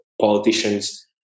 politicians